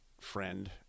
friend